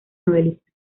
novelista